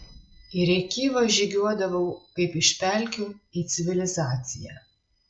į rėkyvą žygiuodavau kaip iš pelkių į civilizaciją